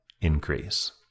increase